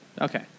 Okay